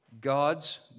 God's